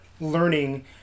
learning